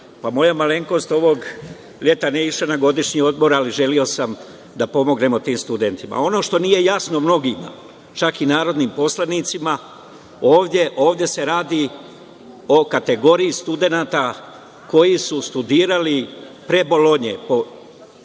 Moja malenkost ovog leta nije išla na godišnji odmor, želeo sam pomognemo tim studentima. Ono što nije jasno mnogima, čak i narodnim poslanicima, ovde se radi o kategoriji studenata koji su studirali pre Bolonje,